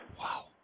Wow